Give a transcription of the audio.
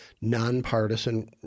nonpartisan